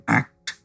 act